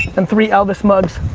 and three elvis mugs.